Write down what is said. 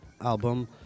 album